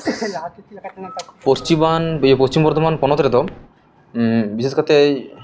ᱞᱟᱦᱟ ᱛᱮ ᱪᱮᱫ ᱞᱮᱠᱟ ᱯᱚᱥᱪᱤᱢᱟᱱ ᱯᱚᱥᱪᱤᱢᱵᱚᱨᱫᱷᱚᱢᱟᱱ ᱯᱚᱱᱚᱛ ᱨᱮᱫᱚ ᱵᱤᱥᱮᱥ ᱠᱟᱛᱮ